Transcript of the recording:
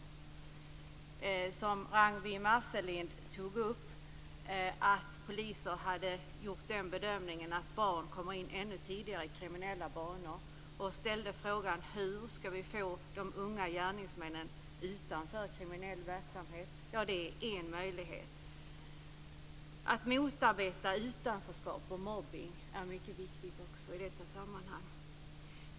Som Ragnwi Marcelind tog upp hade poliser gjort den bedömningen att barn kommer in ännu tidigare i kriminella banor och ställde frågan: Hur ska vi få de unga gärningsmännen utanför kriminell verksamhet? Ja, detta är en möjlighet. Att motarbeta utanförskap och mobbning är också mycket viktigt i detta sammanhang.